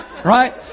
Right